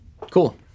Cool